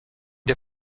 der